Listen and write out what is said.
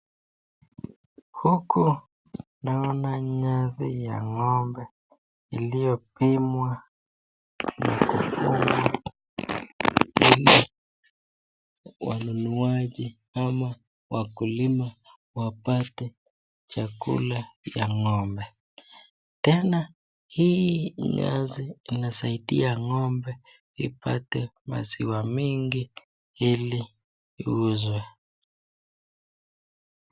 Huku naona nyasi ya ngombe iliyopimwa ili wanunuaji ama wakulima waoate chakula ya ngombe, tena hii nyasi inasaidia ngombe ipate maziwa mingi ili iuzwe.